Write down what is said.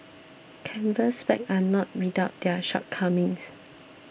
Canvas bags are not without their shortcomings